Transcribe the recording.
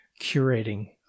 curating